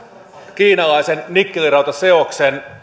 kiinalaisen nikkelirautaseoksen